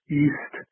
east